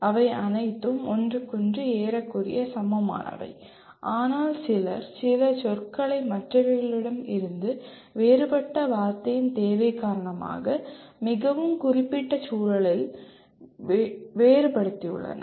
அவை அனைத்தும் ஒன்றுக்கொன்று ஏறக்குறைய சமமானவை ஆனால் சிலர் சில சொற்களை மற்றவைகளிடம் இருந்து வேறுபட்ட வார்த்தையின் தேவை காரணமாக மிகவும் குறிப்பிட்ட சூழலில் வேறுபடுத்தியுள்ளனர்